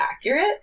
accurate